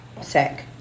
Sick